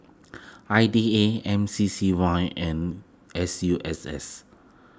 I D A M C C Y and S U S S